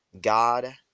God